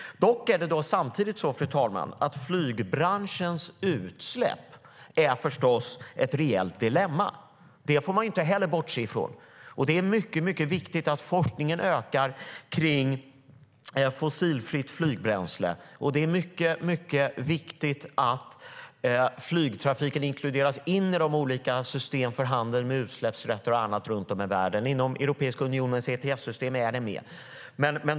Dock är det förstås samtidigt så, fru talman, att flygbranschens utsläpp är ett reellt dilemma. Det får man inte heller bortse från. Det är viktigt att forskningen ökar kring fossilfritt flygbränsle, och det är viktigt att flygtrafiken inkluderas i de olika systemen för handel med utsläppsrätter och annat runt om i världen. I Europeiska unionens system ETS är det med.